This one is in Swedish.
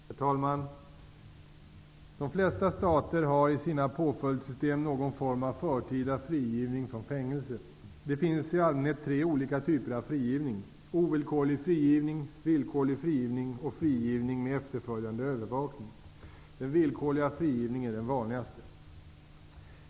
Herr talman! De flesta stater har i sina påföljdssystem någon form av förtida frigivning från fängelse. Det finns i allmänhet tre olika typer av frigivning: ovillkorlig frigivning, villkorlig frigivning och frigivning med efterföljande övervakning. Den villkorliga frigivningen är den vanligaste.